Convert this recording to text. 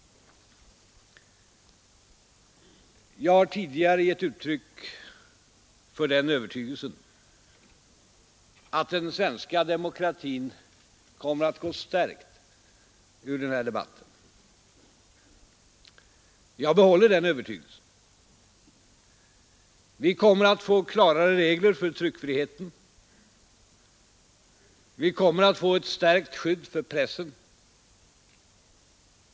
Jag har tidigare gett uttryck för den övertygelsen att den svenska demokratin kommer att gå stärkt ur den här debatten. Jag behåller den övertygelsen. Vi kommer att få klarare regler för tryckfriheten. Vi kommer att få ett stärkt skydd för pressen.